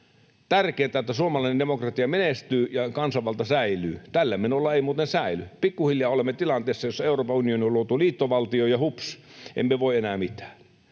Tärkeintä on, että suomalainen demokratia menestyy ja kansanvalta säilyy. Tällä menolla se ei muuten säily. Pikkuhiljaa olemme tilanteessa, jossa Euroopan unioniin on luotu liittovaltio ja, hups, emme voi enää mitään.